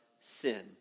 sin